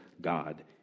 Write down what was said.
god